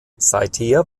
seither